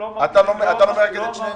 אתה לא מאגד את שניהם?